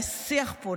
השיח פה,